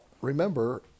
remember